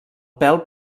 pèl